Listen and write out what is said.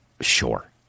Sure